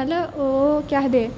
मतलब ओह् केह् आखदे